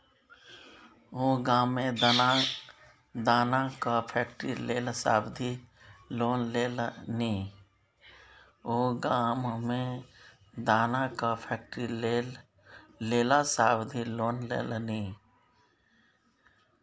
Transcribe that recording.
ओ गाममे मे दानाक फैक्ट्री लेल सावधि लोन लेलनि